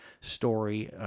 story